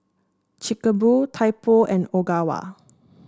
Chic A Boo Typo and Ogawa